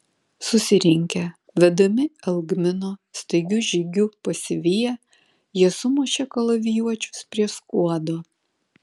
susirinkę vedami algmino staigiu žygiu pasiviję jie sumušė kalavijuočius prie skuodo